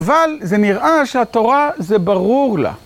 אבל זה נראה שהתורה זה ברור לה.